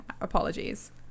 Apologies